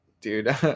Dude